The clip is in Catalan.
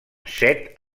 set